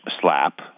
slap